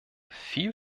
viel